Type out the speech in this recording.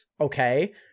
Okay